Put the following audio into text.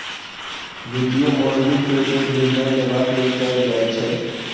वित्तीय मॉडलिंग के उपयोग निर्णय लेबाक लेल कैल जाइ छै